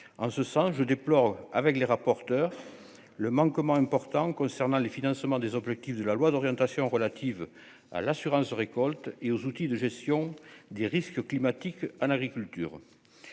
en ce sens, je déplore avec les rapporteurs le manquement important concernant les financements des objectifs de la loi d'orientation relative à l'assurance-récolte et aux outils de gestion des risques climatiques à l'agriculture,